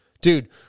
Dude